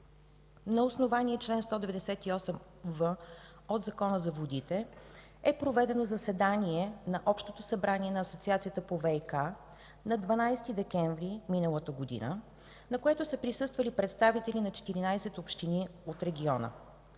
на основание чл. 198в от Закона за водите е проведено заседание на Общото събрание на Асоциацията по ВиК на 12 декември 2014 г., на което са присъствали представители на 14 общини в региона.